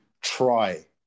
try